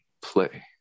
play